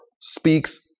speaks